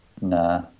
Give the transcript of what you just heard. Nah